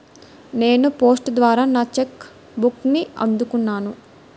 నేను పోస్ట్ ద్వారా నా చెక్ బుక్ని అందుకున్నాను